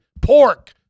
pork